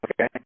Okay